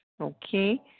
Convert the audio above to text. Okay